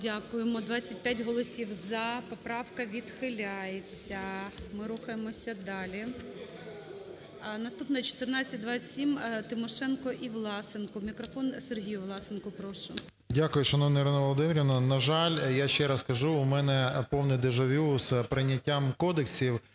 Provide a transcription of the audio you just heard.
Дякуємо. 25 голосів "за". Поправка відхиляється. Ми рухаємося далі. Наступна – 1427. Тимошенко і Власенко. Мікрофон Сергію Власенку. Прошу. 13:34:34 ВЛАСЕНКО С.В. Дякую, шановна Ірина Володимирівна. На жаль, я ще раз кажу, у мене повне дежавю з прийняттям кодексів,